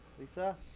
Lisa